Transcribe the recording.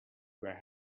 where